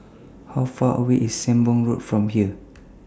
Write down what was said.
How Far away IS Sembong Road from here